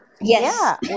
Yes